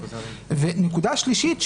ונקודה שלישית,